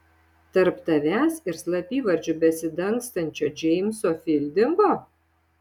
tarp tavęs ir slapyvardžiu besidangstančio džeimso fildingo